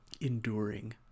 enduring